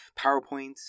PowerPoints